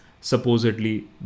supposedly